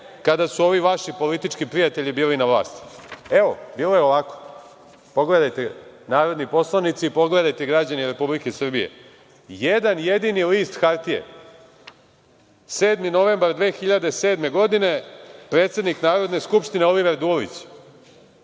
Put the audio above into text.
kada su ovi vaši politički prijatelji bili na vlasti? Evo, bilo je ovako. Pogledajte narodni poslanici, pogledajte građani Republike Srbije, jedan jedini list hartije. Sedmi novembar 2007. godine predsednik Narodne skupštine Oliver Dulić,